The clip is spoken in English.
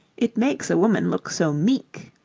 it makes a woman look so meek.